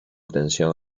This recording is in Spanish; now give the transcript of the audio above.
tensión